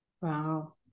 Wow